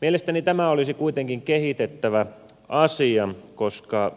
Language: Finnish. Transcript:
mielestäni tämä olisi kuitenkin kehitettävä asia koska